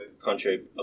contrary